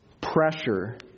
pressure